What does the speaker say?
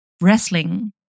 wrestling